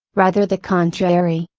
rather the contrary.